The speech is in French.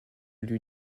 lui